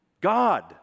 God